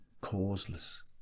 causeless